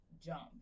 jump